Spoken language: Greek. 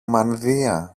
μανδύα